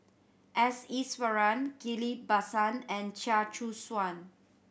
S Iswaran Ghillie Basan and Chia Choo Suan